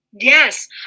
Yes